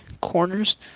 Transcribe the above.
corners